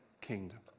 kingdom